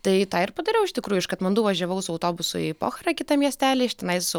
tai tą ir padariau iš tikrųjų iš katmandu važiavau su autobusu į pochrą kitą miestelį iš tenai su